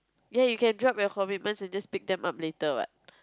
ya you can drop your commitments and then just pick them up later what